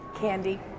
Candy